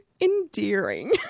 endearing